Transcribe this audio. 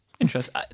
Interesting